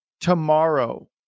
tomorrow